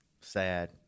Sad